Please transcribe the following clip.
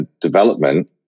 development